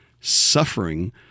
Suffering